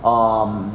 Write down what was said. um